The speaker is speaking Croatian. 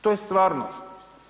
To je stvarnost.